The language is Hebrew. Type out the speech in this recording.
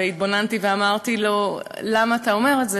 והתבוננתי ואמרתי לו: למה אתה אומר את זה?